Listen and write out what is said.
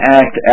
act